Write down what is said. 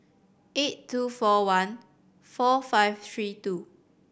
eight two four one four five three two